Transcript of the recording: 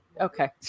Okay